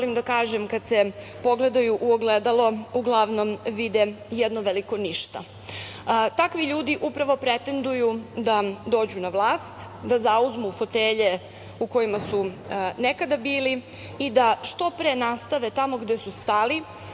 da kažem kad se pogledaju u ogledalo uglavnom vide jedno veliko ništa. Takvi ljudi upravo pretenduju da dođu na vlast, da zauzmu fotelje u kojima su nekada bili i da što pre nastave tamo gde su stali